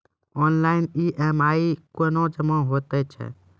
Online EMI कूना जमा हेतु छै?